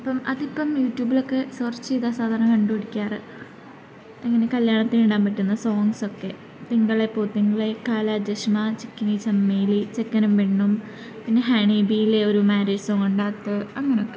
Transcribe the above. ഇപ്പം അതിപ്പം യൂട്യൂബിലൊക്കെ സെർച്ച് ചെയ്താൽ സാധാരണ കണ്ടു പിടിക്കാറ് ഇങ്ങനെ കല്ല്യാണത്തിനിടെ പറ്റുന്ന സോങ്ങ്സൊക്കെ തിങ്കളേ പൂത്തിങ്കളെ കാലാ ചഷ്മാ ചിക്കിനി ചമ്മേലി ചെക്കനും പെണ്ണും പിന്നെ ഹണിബീയിലെ ഒരു മാരേജ് സോങ്ങു കൊണ്ട് അത് അങ്ങനെയൊക്കെ